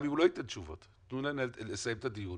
גם אם הוא לא ייתן תשובות תנו לסיים את הדיון